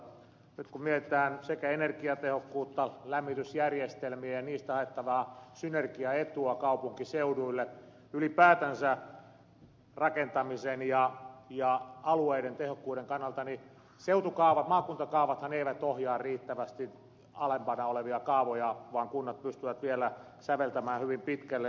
nyt kun mietitään energiatehokkuutta lämmitysjärjestelmiä ja niistä haettavaa synergiaetua kaupunkiseuduille ylipäätänsä rakentamisen ja alueiden tehokkuuden kannalta niin seutukaavat maakuntakaavathan eivät ohjaa riittävästi alempana olevia kaavoja vaan kunnat pystyvät vielä säveltämään hyvin pitkälle